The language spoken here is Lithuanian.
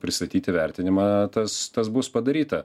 pristatyti vertinimą tas tas bus padaryta